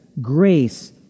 grace